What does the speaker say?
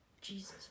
Jesus